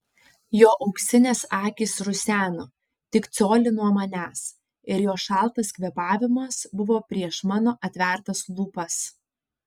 jo auksinės akys ruseno tik colį nuo manęs ir jo šaltas kvėpavimas buvo prieš mano atvertas lūpas